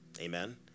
Amen